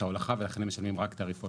ההולכה ולכן הם משלמים רק תעריף הולכה,